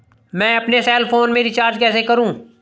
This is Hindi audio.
मैं अपने सेल फोन में रिचार्ज कैसे करूँ?